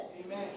Amen